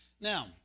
now